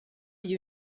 you